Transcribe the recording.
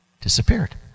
Disappeared